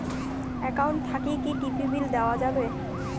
Account থাকি কি TV bill দেওয়া যাবে?